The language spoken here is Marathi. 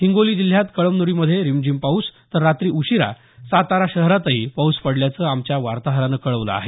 हिंगोली जिल्ह्यात कळमनुरीमध्ये रिमझिम पाऊस तर रात्री उशिरा सातारा शहरातही पाऊस पडल्याचं आमच्या वार्ताहरानं कळवलं आहे